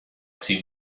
two